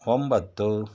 ಒಂಬತ್ತು